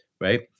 Right